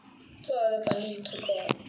so அதை பண்ணிட்டு இருக்கோம்:athai pannittu irukkom